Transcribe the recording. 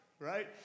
right